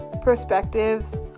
perspectives